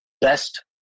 best